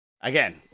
again